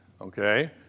Okay